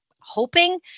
hoping